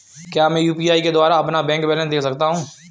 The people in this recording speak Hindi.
क्या मैं यू.पी.आई के द्वारा अपना बैंक बैलेंस देख सकता हूँ?